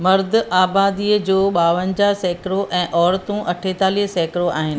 मर्द आबादीअ जो ॿावंजाहु सैकरो ऐं औरतूं अठेतालीह सैकरो आहिनि